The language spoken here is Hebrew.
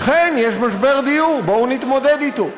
אכן, יש משבר דיור, בואו נתמודד אתו.